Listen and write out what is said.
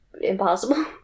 impossible